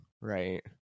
right